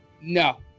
No